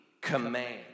command